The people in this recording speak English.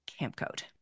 campcode